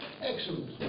Excellent